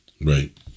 Right